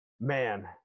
Man